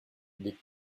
des